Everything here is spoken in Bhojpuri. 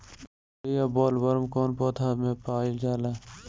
सुंडी या बॉलवर्म कौन पौधा में पाइल जाला?